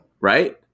right